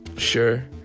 Sure